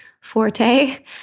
forte